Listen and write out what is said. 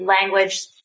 language